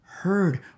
heard